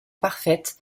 parfaite